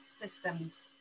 systems